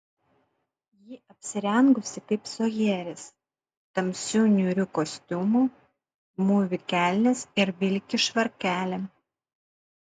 ji apsirengusi kaip sojeris tamsiu niūriu kostiumu mūvi kelnes ir vilki švarkelį